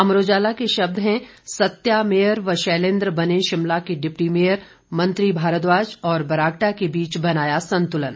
अमर उजाला के शब्द हैं सत्या मेयर व शैलेंद्र बने शिमला के डिप्टी मेयर मंत्री भारद्वाज बरागटा के बीच बनाया संतुलन